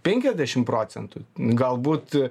penkiasdešimt procentų galbūt